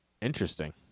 Interesting